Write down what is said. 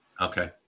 okay